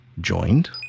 joined